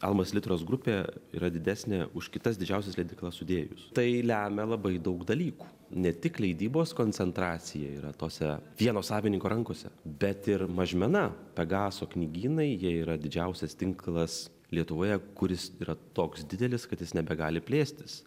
almos literos grupė yra didesnė už kitas didžiausias leidyklas sudėjus tai lemia labai daug dalykų ne tik leidybos koncentracija yra tose vieno savininko rankose bet ir mažmena pegaso knygynai jie yra didžiausias tinklas lietuvoje kuris yra toks didelis kad jis nebegali plėstis